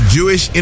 Jewish